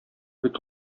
бит